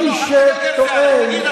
לא, אל, תגיד אתה.